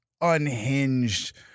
unhinged